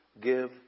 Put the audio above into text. give